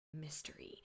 mystery